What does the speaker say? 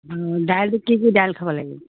অঁ দাইলটো কি কি দাইল খাব লাগিব